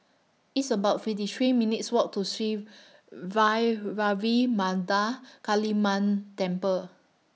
It's about fifty three minutes' Walk to Sri Vairavimada Kaliamman Temple